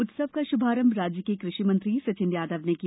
उत्सव का शुभारंभ राज्य के कृषि मंत्री सचिन यादव ने किया